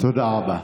תודה רבה.